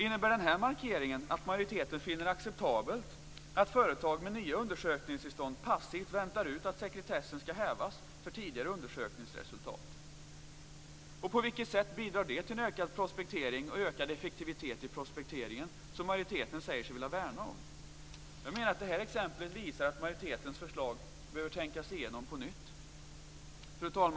Innebär den här markeringen att majoriteten finner det acceptabelt att företag med nya undersökningstillstånd passivt väntar ut att sekretessen skall hävas för tidigare undersökningsresultat? På vilket sätt bidrar det till en ökad prospektering och ökad effektivitet i prospekteringen, som majoriteten säger sig vilja värna om? Det här exemplet visar att majoritetens förslag behöver tänkas igenom på nytt. Fru talman!